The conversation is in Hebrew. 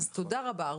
אז תודה רבה.